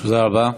תודה רבה.